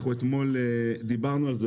אנחנו אתמול דיברנו על זה,